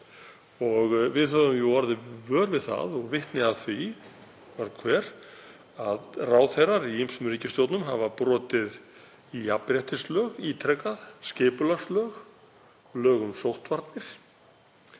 Við höfum orðið vör við það og vitni að því mörg hver að ráðherrar í ýmsum ríkisstjórnum hafa brotið jafnréttislög ítrekað, skipulagslög og lög um sóttvarnir.